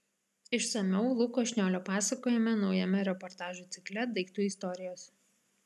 išsamiau luko šniolio pasakojime naujame reportažų cikle daiktų istorijos